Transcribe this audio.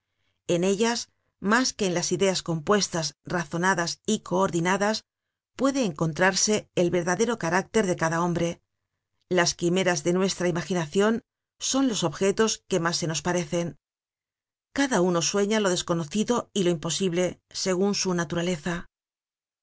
en ellas mas que en las ideas compuestas razonadas y coordinadas puede encontrarse el verdadero carácter de cada hombre las quimeras de nuestra imaginacion son los objetos que mas se nos parecen cada uno sueña lo desconocido y lo imposible segun su naturaleza